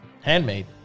Handmade